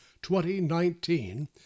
2019